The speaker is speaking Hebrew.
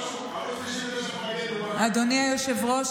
אדוני היושב-ראש,